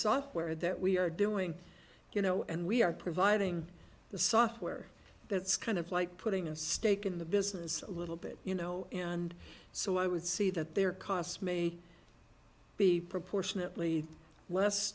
software that we are doing you know and we are providing the software that's kind of like putting a stake in the business a little bit you know and so i would see that their costs may be proportionately less